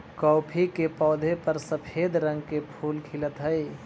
coffee के पौधा पर सफेद रंग के फूल खिलऽ हई